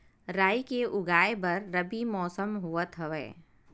राई के उगाए बर रबी मौसम होवत हवय?